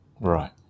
Right